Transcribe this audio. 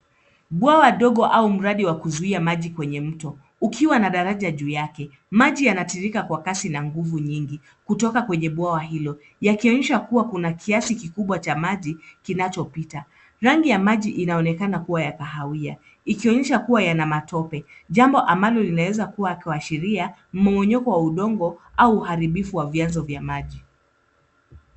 Bwawa dogo au mradi wa kuzuia maji kwenye mto ukiwa na daraja juu yake. Maji yanatiririka kwa kasi na nguvu nyingi kutoka kwenye bwawa hilo yakionyesha kuwa kuna kiasi kikubwa cha maji kinachopita. Rangi ya maji inaonekana kuwa ya kahawia ikionyesha kuwa yana matope jambo ambalo linaweza kuwaashiria mmomonyoko wa udongo au uharibifu wa vyanzo vya maji.